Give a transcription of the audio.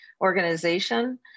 organization